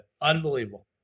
Unbelievable